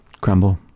Crumble